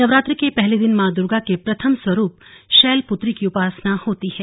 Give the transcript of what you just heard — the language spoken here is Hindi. नवरात्र के पहले दिन मां दूर्गा के प्रथम स्वरूप शैलपुत्री की उपासना होती है